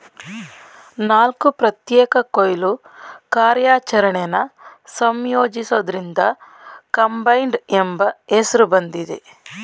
ನಾಲ್ಕು ಪ್ರತ್ಯೇಕ ಕೊಯ್ಲು ಕಾರ್ಯಾಚರಣೆನ ಸಂಯೋಜಿಸೋದ್ರಿಂದ ಕಂಬೈನ್ಡ್ ಎಂಬ ಹೆಸ್ರು ಬಂದಿದೆ